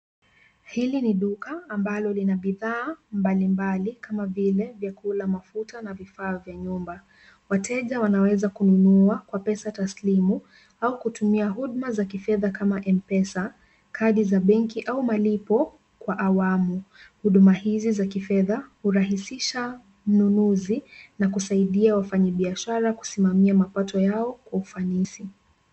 Hili ni duka ambalo linabidhaa mbalimbali kama vile vyakula mafuta na vifaa vya nyumba. Wateja wanaweza kununua kwa pesa taslimu au kutumia huduma za kifedha kama M-Pesa, kadi za benki au malipo kwa awamu. Huduma hizi za kifedha, hurahisisha mnunuzi na kusaidia wafanyabiashara kusimamia mapato yao kwa ufanisi.